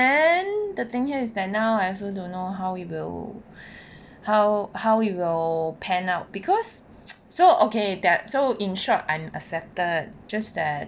then the thing here is that now I also don't know how it will how how it will pan out because so okay that so in short I'm accepted just that